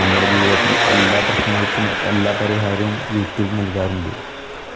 നമ്മുടെ ജീവിതത്തിൽ എല്ലാ പ്രശ്നങ്ങൾക്കും എല്ലാ പരിഹാരവും യൂട്യൂബ് നൽകാറുണ്ട്